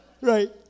right